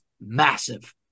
massive